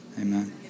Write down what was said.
amen